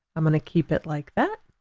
i'm gonna keep it like that